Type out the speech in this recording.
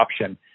option